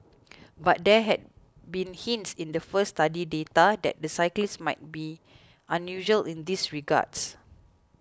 but there had been hints in the first study's data that the cyclists might be unusual in these regards